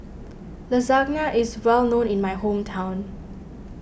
Lasagna is well known in my hometown